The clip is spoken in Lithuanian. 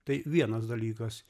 tai vienas dalykas